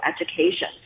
education